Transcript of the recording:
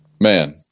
Man